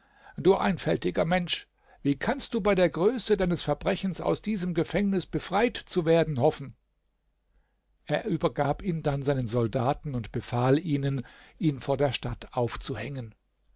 du einfältiger mensch wie kannst du bei der größe deines verbrechens aus diesem gefängnis befreit zu werden hoffen er übergab ihn dann seinen soldaten und befahl ihnen ihn vor der stadt aufzuhängen